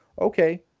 Okay